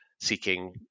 seeking